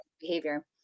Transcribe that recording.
behavior